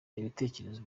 ibitekerezo